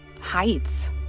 heights